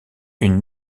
une